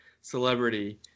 celebrity